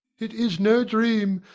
it is no dream.